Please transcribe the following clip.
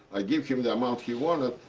i give him the amount he wanted,